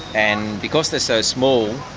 and because they are so small,